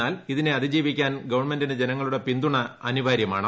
എന്നാൽ ഇതിനെ അതിജീവിക്കാൻ ഗവൺമെന്റിന് ജനങ്ങളുടെ പിന്തുണ അനിവാര്യമാണ്